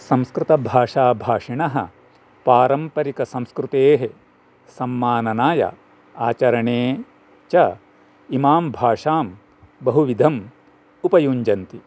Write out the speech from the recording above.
संस्कृतभाषाभाषिणः पारम्परिकसंस्कृतेः सम्माननाय आचरणे च इमां भाषां बहुविधम् उपयुञ्जन्ति